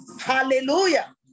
hallelujah